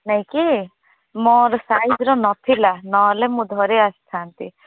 ଯାଇକି ମୋର ସାଇଜ୍ର ନଥିଲା ନହେଲେ ମୁଁ ଧରି ଆସିଥାନ୍ତି